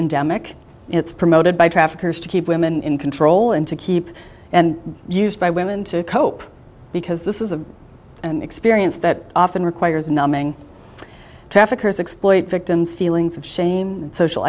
endemic it's promoted by traffickers to keep women in control and to keep and used by women to cope because this is the an experience that often requires numbing traffickers exploit victims feelings of shame social